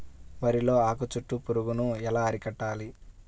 వరిలో ఆకు చుట్టూ పురుగు ఎలా అరికట్టాలి?